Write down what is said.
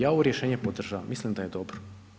Ja ovo rješenje podržavam, mislim da je dobro.